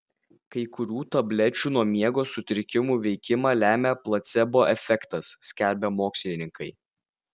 kai kurių tablečių nuo miego sutrikimų veikimą lemią placebo efektas skelbia mokslininkai